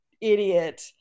idiot